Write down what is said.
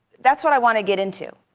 that's what i want to get into.